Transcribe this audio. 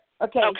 Okay